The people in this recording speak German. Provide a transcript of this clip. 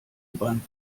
beim